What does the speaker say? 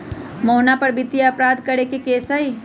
मोहना पर वित्तीय अपराध करे के केस हई